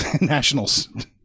Nationals